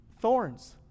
thorns